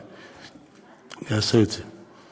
והוא יעשה את זה.